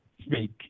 speak